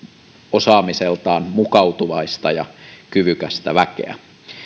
osaamiseltaan mukautuvaista ja kyvykästä väkeä